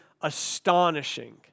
astonishing